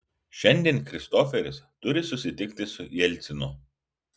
šiandien kristoferis turi susitikti su jelcinu